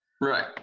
right